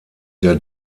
der